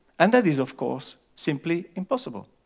and that is, of course, simply impossible.